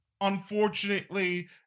unfortunately